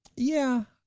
yeah,